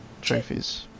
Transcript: trophies